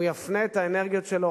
והוא יפנה את האנרגיות שלו,